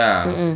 mm mm